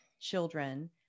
children